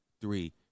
three